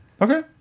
okay